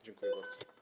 Dziękuję bardzo.